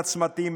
לצמתים,